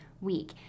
week